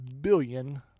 billion